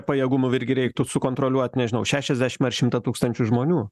pajėgumų virgi reiktų sukontroliuot nežinau šešiasdešim ar šimtą tūkstančių žmonių